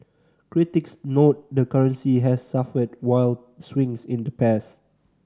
critics note the currency has suffered wild swings in the past